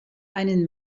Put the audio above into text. einen